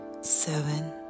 seven